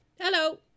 Hello